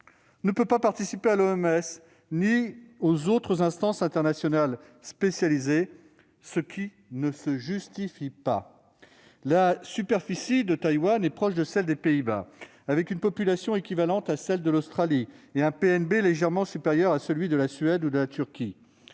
ne peut pas participer aux travaux de l'OMS ni à ceux des autres instances internationales spécialisées, ce qui ne se justifie pas. La superficie de Taïwan est proche de celle des Pays-Bas et sa population équivalente à celle de l'Australie. L'île a un PNB légèrement supérieur à celui de la Suède ou de la Turquie.